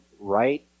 right